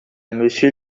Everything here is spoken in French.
monsieur